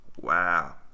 wow